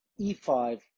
e5